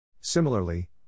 Similarly